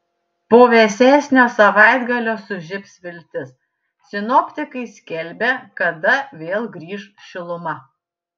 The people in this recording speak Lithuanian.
po vėsesnio savaitgalio sužibs viltis sinoptikai skelbia kada vėl grįš šiluma